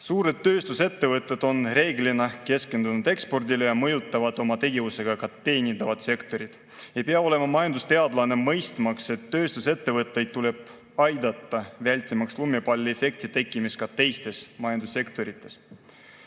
Suured tööstusettevõtted on reeglina keskendunud ekspordile ja mõjutavad oma tegevusega ka teenindavat sektorit. Ei pea olema majandusteadlane, mõistmaks, et tööstusettevõtteid tuleb aidata, vältimaks lumepalliefekti tekkimist ka teistes majandussektorites.